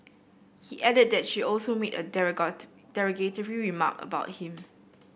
he added that she also made a derogatory remark about him